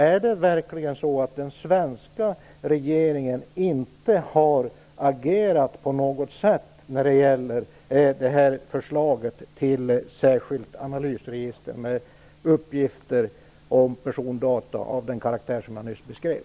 Är det verkligen så att den svenska regeringen inte har agerat på något sätt när det gäller förslaget till särskilt analysregister med uppgifter om persondata av den karaktär som jag nyss beskrev?